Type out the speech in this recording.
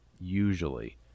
usually